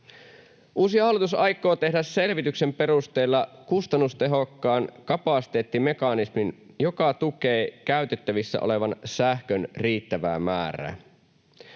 Uusi hallitus aikoo tehdä selvityksen perusteella kustannustehokkaan kapasiteettimekanismin, joka tukee käytettävissä olevan sähkön riittävää määrää.